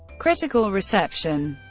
critical reception